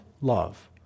love